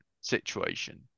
situation